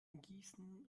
gießen